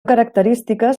característiques